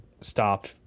stop